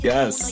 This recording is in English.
Yes